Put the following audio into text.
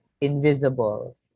invisible